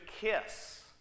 kiss